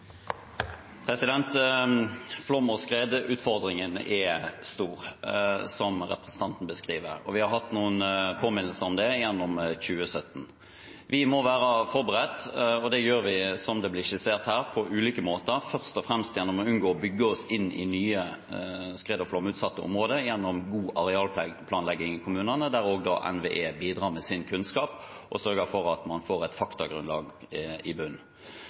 Flom- og skredutfordringen er stor, slik representanten beskriver, og vi har hatt noen påminnelser om det i 2017. Vi må være forberedt, og det sikrer vi – slik det ble skissert her – på ulike måter, først og fremst gjennom å unngå å bygge oss inn i nye skred- og flomutsatte områder gjennom god arealplanlegging i kommunene, der også NVE bidrar med sin kunnskap og sørger for at man får et faktagrunnlag i bunnen.